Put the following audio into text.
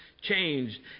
changed